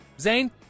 Zane